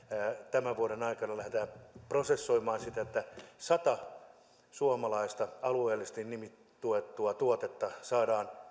tämän vuoden aikana lähdetään prosessoimaan sitä että sata suomalaista alueellista nimisuojattua tuotetta saadaan